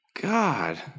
God